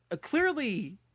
clearly